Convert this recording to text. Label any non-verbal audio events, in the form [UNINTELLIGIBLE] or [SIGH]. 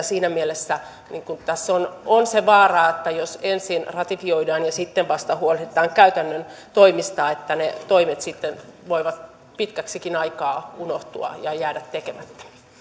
[UNINTELLIGIBLE] siinä mielessä tässä on on se vaara että jos ensin ratifioidaan ja sitten vasta huolehditaan käytännön toimista ne toimet voivat pitkäksikin aikaa unohtua ja jäädä tekemättä